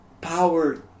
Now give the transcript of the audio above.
power